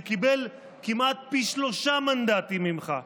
שקיבל כמעט פי שלושה מנדטים יותר ממך.